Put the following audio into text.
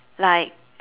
like